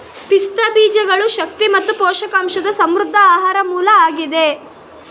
ಪಿಸ್ತಾ ಬೀಜಗಳು ಶಕ್ತಿ ಮತ್ತು ಪೋಷಕಾಂಶದ ಸಮೃದ್ಧ ಆಹಾರ ಮೂಲ ಆಗಿದೆ